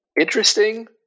interesting